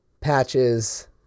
patches